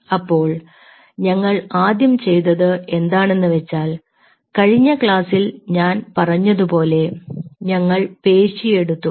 അപ്പോൾ ഞങ്ങൾ ആദ്യം ചെയ്തത് എന്താണെന്ന് വെച്ചാൽ കഴിഞ്ഞ ക്ലാസ്സിൽ ഞാൻ പറഞ്ഞതുപോലെ ഞങ്ങൾ പേശി എടുത്തു